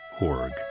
org